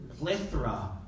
plethora